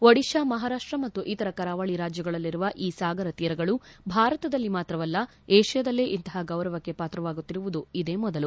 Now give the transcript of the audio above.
ಒಡಿತಾ ಮಹಾರಾಷ್ಟ ಮತ್ತು ಇತರ ಕರಾವಳಿ ರಾಜ್ಯಗಳಲ್ಲಿರುವ ಈ ಸಾಗರ ತೀರಗಳು ಭಾರತದಲ್ಲಿ ಮಾತ್ರವಲ್ಲ ಏಷ್ಯಾದಲ್ಲೇ ಇಂತಹ ಗೌರವಕ್ಕೆ ಪಾತ್ರವಾಗುತ್ತಿರುವುದು ಇದೇ ಮೊದಲು